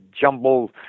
jumble